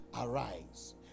Arise